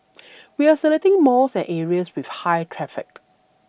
we are selecting malls and areas with high traffic